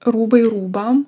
rūbai rūbam